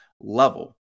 level